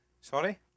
Sorry